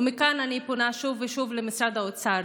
ומכאן אני פונה שוב ושוב למשרד האוצר: